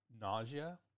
nausea